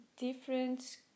different